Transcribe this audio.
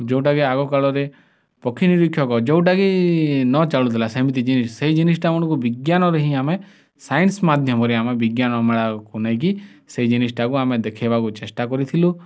ଯୋଉଟା କି ଆଗ କାଳରେ ପକ୍ଷୀ ନିରିକ୍ଷକ ଯୋଉଟାକି ନ ଚାଲୁଥିଲା ସେମିତି ଜିନିଷ୍ ସେଇ ଜିନିଷ୍'ଟା ମାନକୁ ବିଜ୍ଞାନରେ ହିଁ ଆମେ ସାଇନ୍ସ୍ ମାଧ୍ୟମରେ ଆମେ ବିଜ୍ଞାନ ମେଳାକୁ ନେଇକି ସେଇ ଜିନିଷଟାକୁ ନେଇକି ଦେଖେଇବାକୁ ଚେଷ୍ଟା କରିଥିଲୁ